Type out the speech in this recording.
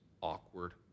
awkward